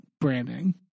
branding